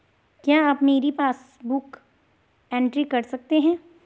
क्या आप मेरी पासबुक बुक एंट्री कर सकते हैं?